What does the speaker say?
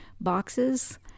boxes